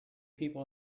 people